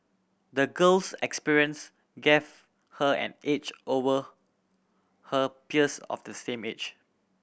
the girl's experience gave her an edge over her peers of the same age